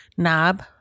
knob